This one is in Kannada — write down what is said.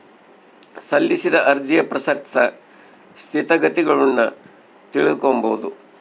ಸಲ್ಲಿಸಿದ ಅರ್ಜಿಯ ಪ್ರಸಕ್ತ ಸ್ಥಿತಗತಿಗುಳ್ನ ತಿಳಿದುಕೊಂಬದು